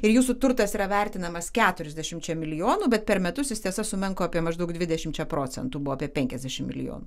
ir jūsų turtas yra vertinamas keturiasdešimčia milijonų bet per metus jis tiesa sumenko apie maždaug dvidešimčia procentų buvo apie penkiasdešim milijonų